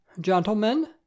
Gentlemen